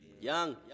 young